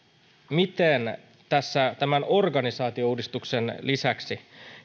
miten tässä organisaatiouudistuksen lisäksi